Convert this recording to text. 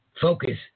focus